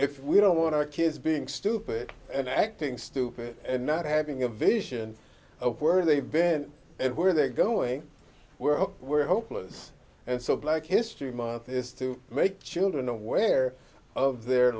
if we don't want our kids being stupid and acting stupid and not having a vision of where they've been and where they're going were hopeless and so black history month is to make children aware of their